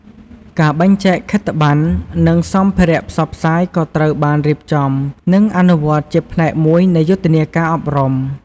ការបែងចែកខិត្តបណ្ណ និងសម្ភារៈផ្សព្វផ្សាយក៏ត្រូវបានរៀបចំ និងអនុវត្តជាផ្នែកមួយនៃយុទ្ធនាការអប់រំ។